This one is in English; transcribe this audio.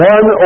One